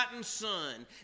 son